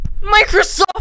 Microsoft